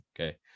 okay